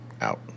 Out